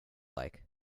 like